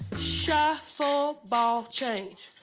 shuffle, ball change.